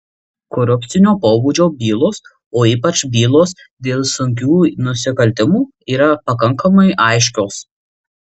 korupcinio pobūdžio bylos o ypač bylos dėl sunkių nusikaltimų yra pakankamai aiškios